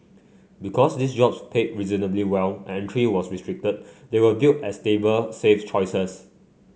because these jobs paid reasonably well and entry was restricted they were viewed as stable safe choices